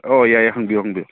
ꯑꯣ ꯌꯥꯏꯌꯦ ꯍꯪꯕꯤꯌꯨ ꯍꯪꯕꯤꯌꯨ